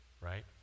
right